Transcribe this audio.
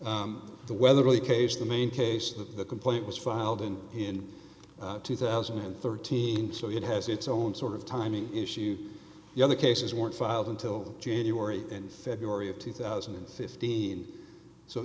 the weatherly case the main case of the complaint was filed in in two thousand and thirteen so it has its own sort of timing issue the other cases weren't filed until january and february of two thousand and fifteen so